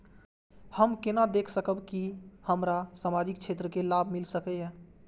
हम केना देख सकब के हमरा सामाजिक क्षेत्र के लाभ मिल सकैये?